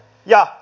kysynkin